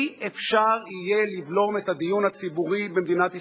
לא יהיה אפשר לבלום את הדיון הציבורי במדינת ישראל.